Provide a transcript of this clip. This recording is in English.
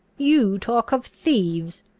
you talk of thieves!